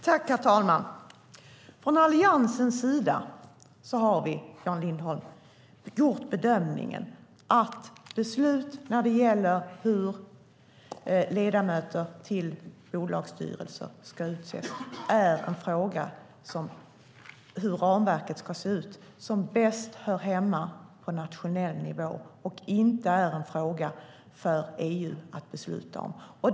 Herr talman! Från Alliansens sida, Jan Lindholm, har vi gjort bedömningen att hur ramverket för beslut ska se ut när det gäller hur ledamöter till bolagsstyrelser ska utses är en fråga som bäst hör hemma på nationell nivå. Det är inte en fråga för EU att besluta om.